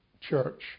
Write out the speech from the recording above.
church